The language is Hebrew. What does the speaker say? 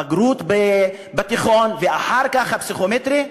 הבגרות בתיכון ואחר כך הפסיכומטרי,